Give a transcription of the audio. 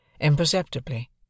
Imperceptibly